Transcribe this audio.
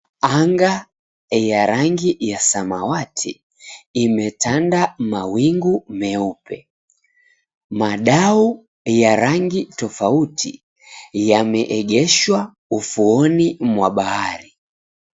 Anga ya rangi ya samawati imetanda mawingu meupe. Madau ya rangi tofauti yameegeshwa ufuoni mwa bahari.